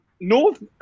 North